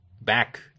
back